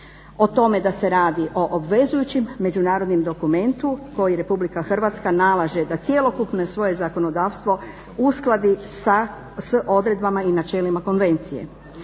o tome da se radi o obvezujućim međunarodnom dokumentu kojim Republika Hrvatska nalaže da cjelokupno svoje zakonodavstvo uskladi sa odredbama i načelima konvencije.